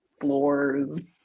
floors